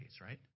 right